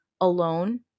alone